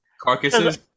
carcasses